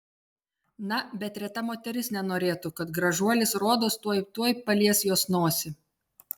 na bet reta moteris nenorėtų kad gražuolis rodos tuoj tuoj palies jos nosį